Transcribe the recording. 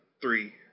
three